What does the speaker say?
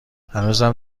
هنوزم